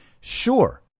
Sure